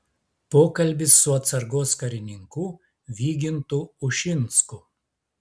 pokalbis su atsargos karininku vygintu ušinsku